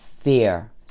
fear